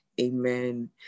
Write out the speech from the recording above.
Amen